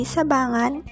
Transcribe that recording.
Sabangan